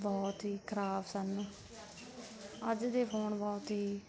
ਬਹੁਤ ਹੀ ਖਰਾਬ ਸਨ ਅੱਜ ਦੇ ਫੋਨ ਬਹੁਤ ਹੀ